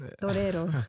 Torero